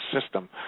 system